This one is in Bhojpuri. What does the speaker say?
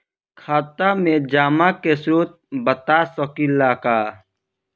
खाता में जमा के स्रोत बता सकी ला का?